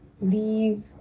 leave